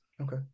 Okay